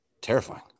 Terrifying